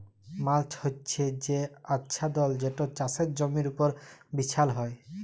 mulch হছে সে আচ্ছাদল যেট চাষের জমির উপর বিছাল হ্যয়